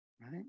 right